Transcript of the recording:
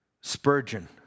Spurgeon